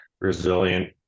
Resilient